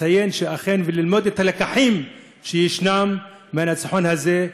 ולציין וללמוד את הלקחים שישנם מהניצחון הזה.